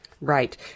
Right